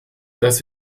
das